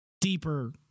deeper